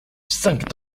cinq